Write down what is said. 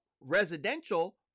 residential